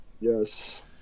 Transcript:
yes